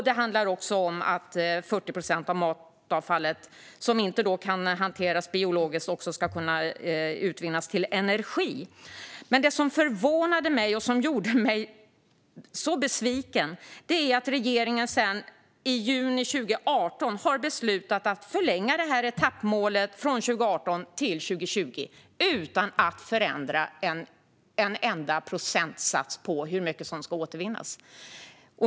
Det handlar också om att 40 procent av det matavfall som inte kan hanteras biologiskt ska kunna utvinnas till energi. Det som förvånade mig och gjorde mig så besviken var att regeringen i juni 2018 beslutade att förlänga etappmålet från 2018 till 2020 utan att förändra en enda procentsats för hur mycket som ska återvinnas.